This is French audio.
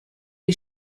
est